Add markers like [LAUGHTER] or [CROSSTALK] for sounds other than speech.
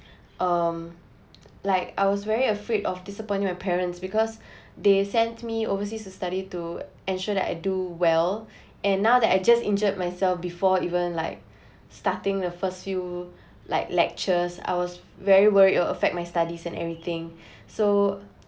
[BREATH] um like I was very afraid of disappointing my parents because [BREATH] they sent me overseas to study to ensure that I do well [BREATH] and now that I just injured myself before even like [BREATH] starting the first few [BREATH] like lectures I was very worried it will affect my studies and everything [BREATH] so